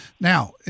Now